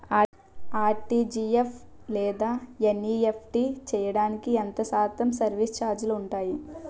RTGS లేదా NEFT చేయడానికి ఎంత శాతం సర్విస్ ఛార్జీలు ఉంటాయి?